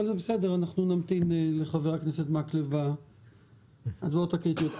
אנחנו נמתין לחבר הכנסת מקלב בהודעות הקריטיות.